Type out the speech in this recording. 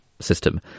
system